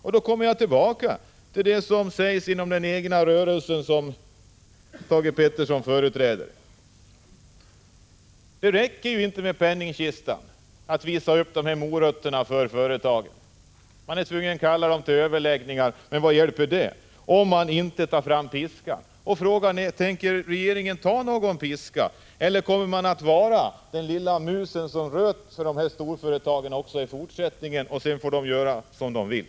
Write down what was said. Jag kommer då tillbaka till det som sägs inom den rörelse som Thage Peterson företräder: Det räcker inte med penningkistan. 45 Prot. 1985/86:148 Det räcker inte att visa upp dessa morötter för företagen. Man är tvungen att kalla dem till överläggning. Men vad hjälper det, om man inte tar fram piskan. Tänker regeringen ta fram någon piska, eller kommer regeringen också i fortsättningen att vara den lilla musen som röt för att sedan låta storföretagen göra som de vill?